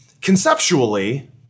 Conceptually